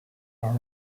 are